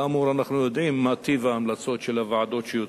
כאמור, אנחנו יודעים מה טיב ההמלצות שיוצאות